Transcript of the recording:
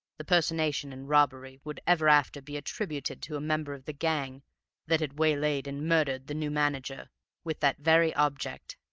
the personation and robbery would ever after be attributed to a member of the gang that had waylaid and murdered the new manager with that very object.